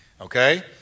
okay